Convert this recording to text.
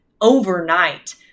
overnight